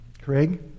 Craig